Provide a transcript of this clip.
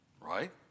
right